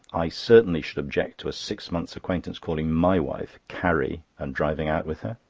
i certainly should object to a six months' acquaintance calling my wife carrie, and driving out with her.